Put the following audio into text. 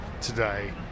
today